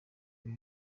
ibi